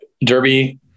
Derby